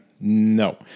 no